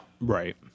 Right